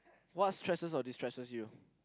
what's stresses or distresses you